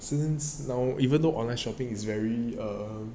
since now even though online shopping is very err